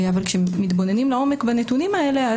אבל כשמתבוניים לעומק בנתונים האלה,